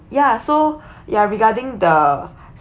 ya so ya regarding the